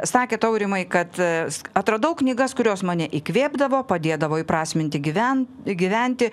sakėt aurimai kad atradau knygas kurios mane įkvėpdavo padėdavo įprasminti gyven gyventi